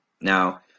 Now